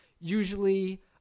usually